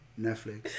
Netflix